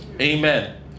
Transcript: amen